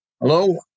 Hello